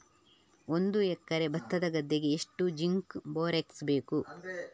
ಒಂದು ಎಕರೆ ಭತ್ತದ ಗದ್ದೆಗೆ ಎಷ್ಟು ಜಿಂಕ್ ಬೋರೆಕ್ಸ್ ಬೇಕು?